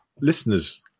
listeners